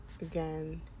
again